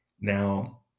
now